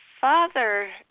father